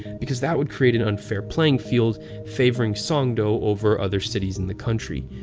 because that would create an unfair playing field favoring songdo over other cities in the country.